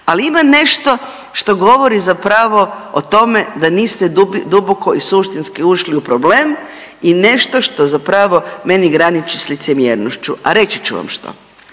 ali ima nešto što govori zapravo o tome da niste duboko i suštinski ušli u problem i nešto što zapravo meni graniči s licemjernošću, a reći ću vam što.